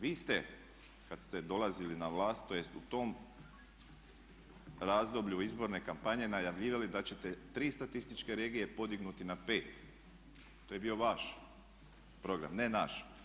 Vi ste kada ste dolazili na vlast, tj. u tom razdoblju izborne kampanje najavljivali da ćete tri statističke regije podignuti na 5, to je bio vaš program, ne naš.